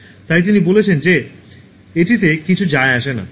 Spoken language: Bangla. তাই তিনি বলেছেন যে এটিতে কিছু যায় আসে না